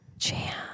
Jam